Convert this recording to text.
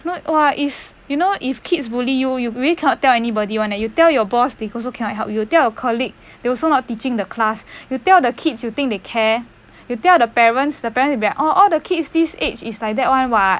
no !wah! is you know if kids bully you you really cannot tell anybody [one] eh you tell your boss they also cannot help you tell your colleague they also not teaching the class you tell the kids you think they care you tell the parents the parents will be like all kids this age is like that [one] [what]